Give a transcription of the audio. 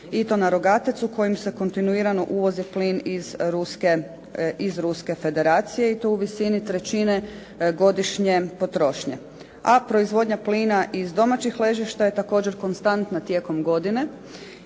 i to na Rogatac u koji se kontinuirano uvozi plin iz Ruske federacije i to u visini trećine godišnje potrošnje. A proizvodnja plina iz domaćih ležišta je također konstantna tijekom godine,